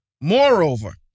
Moreover